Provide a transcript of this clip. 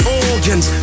organs